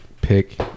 pick